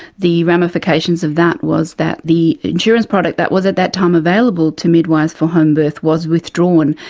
the ramifications of that was that the insurance product that was at that time available to midwives for homebirth was withdrawn,